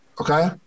okay